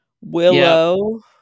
willow